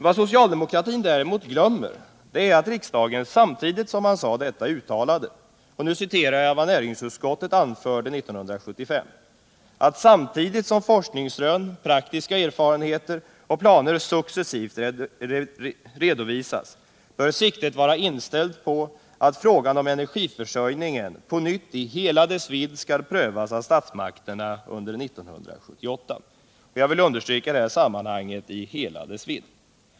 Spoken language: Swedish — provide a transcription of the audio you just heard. Vad socialdemokratin däremot glömmer är att riksdagen samtidigt uttalade — och nu citerar jag vad näringsutskottet anförde 1975 — att samtidigt som forskningsrön, praktiska erfarenheter och planer successivt redovisas, bör siktet vara inställt på att frågan om energiförsörjningen på nytt i hela dess vidd skall prövas av statsmakterna år 1978. Jag vill understryka uttrycket ”i hela dess vidd”.